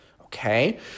okay